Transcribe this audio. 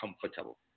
comfortable